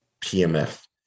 PMF